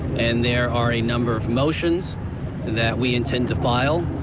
and there are a number of motions that we intend to file,